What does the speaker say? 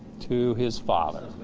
to his father.